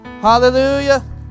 Hallelujah